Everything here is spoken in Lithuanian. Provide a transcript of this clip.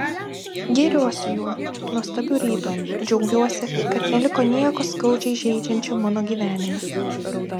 gėriuosi juo nuostabiu rytu džiaugiuosi kad neliko nieko skaudžiai žeidžiančio mano gyvenime